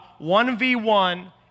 1v1